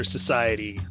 Society